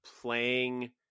playing